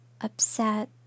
upset